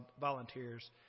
volunteers